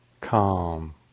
calm